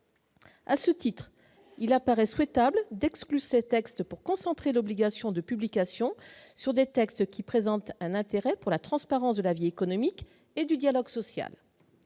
à ce titre, il apparaît souhaitable d'exclus c'est texte pour concentrer l'obligation de publication sur des textes qui présente un intérêt pour la transparence de la vie économique et du dialogue social,